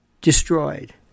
destroyed